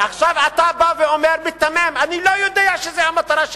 עכשיו אתה בא ומיתמם: אני לא יודע שזאת המטרה שלהם,